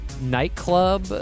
nightclub